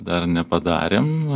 dar nepadarėm